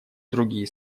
другие